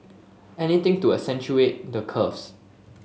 anything to accentuate the curves